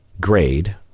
grade